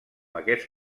aquests